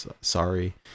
Sorry